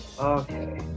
okay